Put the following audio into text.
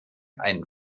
einen